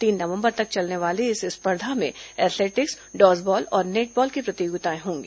तीन नवंबर तक चलने वाले इस स्पर्धा में एथलेटिक्स डॉजबाल और नेटबॉल की प्रतियोगिताएं होंगी